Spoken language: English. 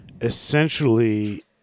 essentially